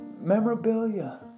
memorabilia